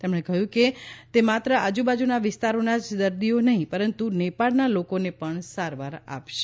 તેમણે કહ્યું કે તે માત્ર આજુબાજુના વિસ્તારોના દર્દીઓ જ નહીં પરંતુ નેપાળના લોકોને પણ સારવાર આપશે